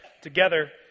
together